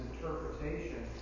interpretation